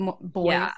boys